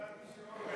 קיבלתי שיעור,